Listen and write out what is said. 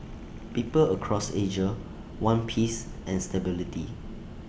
people across Asia want peace and stability